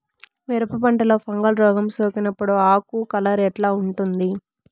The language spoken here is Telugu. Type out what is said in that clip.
మిరప పంటలో ఫంగల్ రోగం సోకినప్పుడు ఆకు కలర్ ఎట్లా ఉంటుంది?